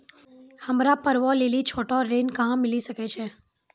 हमरा पर्वो लेली छोटो ऋण कहां मिली सकै छै?